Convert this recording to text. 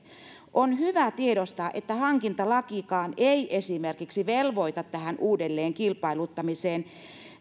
on hyvä tiedostaa että hankintalakikaan ei esimerkiksi velvoita uudelleen kilpailuttamiseen